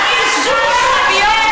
אם אתם מזלזלים בדברים אז שבו בשקט.